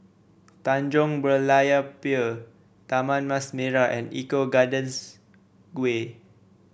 Tanjong Berlayer Pier Taman Mas Merah and Eco Gardens Way